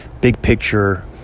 big-picture